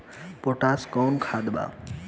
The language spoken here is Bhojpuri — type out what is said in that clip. पोटाश कोउन खाद बा?